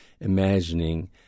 imagining